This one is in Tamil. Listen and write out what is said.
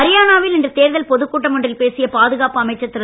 ஹரியானாவில் இன்று தேர்தல் பொதுக் கூட்டம் ஒன்றில் பேசிய பாதுகாப்பு அமைச்சர் திரு